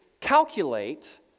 calculate